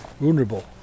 vulnerable